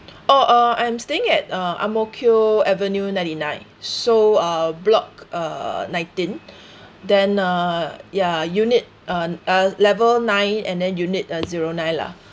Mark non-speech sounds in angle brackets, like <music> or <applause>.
oh uh I am staying at uh Ang Mo Kio avenue ninety nine so uh block uh nineteen <breath> then uh ya unit uh uh level nine and then unit uh zero nine lah <breath>